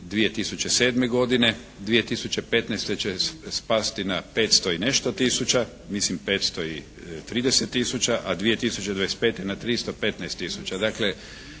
2007. 2015. će spasti na 500 i nešto tisuća, mislim 530 tisuća, a 2025. na 315 tisuća.